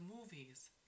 Movies